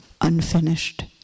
unfinished